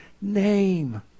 name